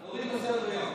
להוריד מסדר-היום.